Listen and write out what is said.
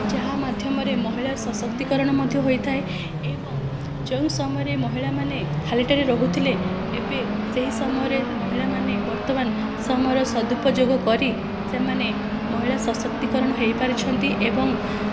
ଯାହା ମାଧ୍ୟମରେ ମହିଳା ସଶକ୍ତିକରଣ ମଧ୍ୟ ହୋଇଥାଏ ଏବଂ ଯେଉଁ ସମୟରେ ମହିଳାମାନେ ଖାଲିଟାରେ ରହୁଥିଲେ ଏବେ ସେହି ସମୟରେ ମହିଳାମାନେ ବର୍ତ୍ତମାନ ସମୟର ସଦୁପଯୋଗ କରି ସେମାନେ ମହିଳା ସଶକ୍ତିକରଣ ହୋଇପାରିଛନ୍ତି ଏବଂ